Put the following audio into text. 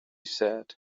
said